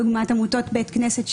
דוגמת עמותות בית כנסת,